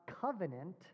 covenant